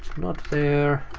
not there.